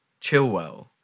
Chilwell